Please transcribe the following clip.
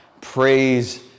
Praise